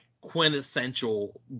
quintessential